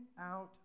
out